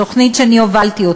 תוכנית שהובלתי,